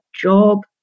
job